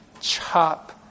chop